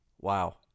Wow